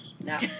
No